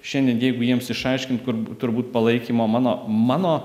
šiandien jeigu jiems išaiškint kur turbūt palaikymo mano mano